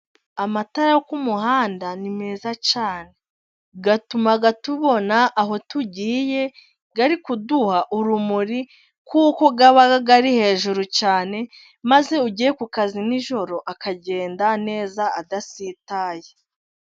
Amatara yo ku muhanda ni meza cyane, atuma tubona aho tugiye ari kuduha urumuri, kuko aba ari hejuru cyane, maze ugiye ku kazi nijoro akagenda neza adasitaye.